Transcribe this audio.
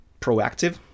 proactive